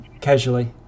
casually